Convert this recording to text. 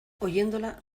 oyéndola